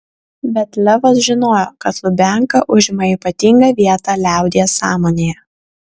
bet levas žinojo kad lubianka užima ypatingą vietą liaudies sąmonėje